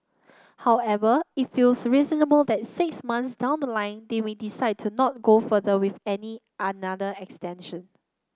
however it feels reasonable that six months down the line they may decide to not go further with any another extension